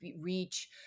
reach